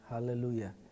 Hallelujah